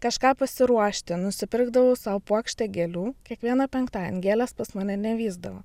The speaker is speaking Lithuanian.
kažką pasiruošti nusipirkdavau sau puokštę gėlių kiekvieną penktadienį gėlės pas mane nevysdavo